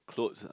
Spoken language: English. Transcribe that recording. clothes ah